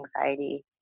anxiety